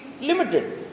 limited